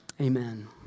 amen